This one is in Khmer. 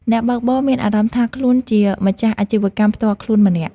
អ្នកបើកបរមានអារម្មណ៍ថាខ្លួនជាម្ចាស់អាជីវកម្មផ្ទាល់ខ្លួនម្នាក់។